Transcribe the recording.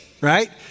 right